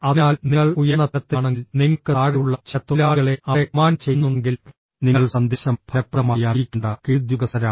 അതിനാൽ നിങ്ങൾ ഉയർന്ന തലത്തിലാണെങ്കിൽ നിങ്ങൾക്ക് താഴെയുള്ള ചില തൊഴിലാളികളെ അവിടെ കമാൻഡ് ചെയ്യുന്നുണ്ടെങ്കിൽ നിങ്ങൾ സന്ദേശം ഫലപ്രദമായി അറിയിക്കേണ്ട കീഴുദ്യോഗസ്ഥരാണ്